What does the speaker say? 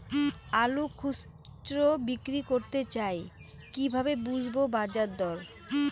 আলু খুচরো বিক্রি করতে চাই কিভাবে বুঝবো বাজার দর?